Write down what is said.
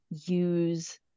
use